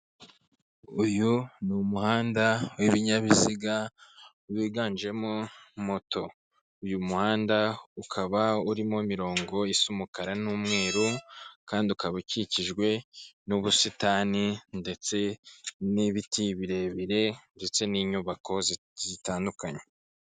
Uyu ni umuhanda w'ibinyabiziga, wiganjemo moto. Uyu muhanda ukaba urimo mirongo isa umukara n'umweru kandi ukaba ukikijwe n'ubusitani ndetse n'ibiti birebire ndetse n'inyubako zitandukanye.